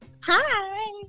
Hi